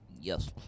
Yes